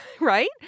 Right